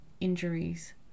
injuries